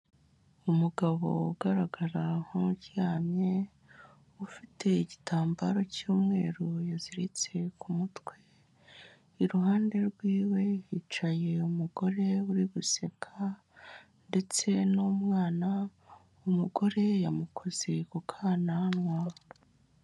Umugabo ugaragara nk'uryamye, ufite igitambaro cy'umweru yaziritse ku mutwe, iruhande rwiwe hicaye uyu mugore uri guseka ndetse n'umwana, umugore yamukoze ku kanawa.